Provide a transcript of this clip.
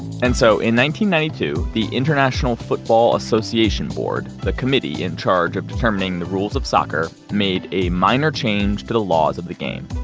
and so ninety ninety two, the international football association board, the committee in charge of determining the rules of soccer, made a minor change to the laws of the game.